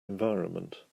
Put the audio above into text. environment